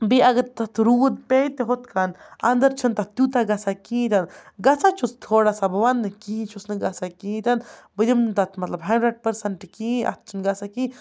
بیٚیہِ اگر تَتھ روٗد پے تہٕ ہُتھ کَن اندَر چھِنہٕ تَتھ تیوٗتاہ گژھان کِہیٖنۍ تہِ نہٕ گژھان چھُس تھوڑا سا بہٕ وَنہٕ نہٕ کِہیٖنۍ چھُس نہٕ گژھان کِہیٖنۍ تہِ نہٕ بہٕ دِمہٕ نہٕ تَتھ ہنٛڈرَنٛڈ پٔرسَنٛٹہٕ کِہیٖنۍ اَتھ چھِنہٕ گژھان کِہیٖنۍ